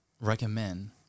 recommend